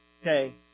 okay